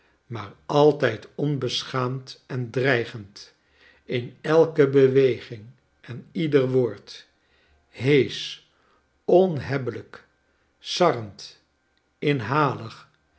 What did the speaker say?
maar altijd onbeschaamd en dreigend in elke beweging en ieder woord heesch onhebbelijk sarrend inhalig